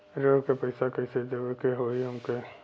ऋण का पैसा कइसे देवे के होई हमके?